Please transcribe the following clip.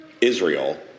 Israel